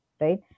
right